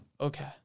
Okay